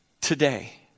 Today